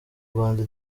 rwanda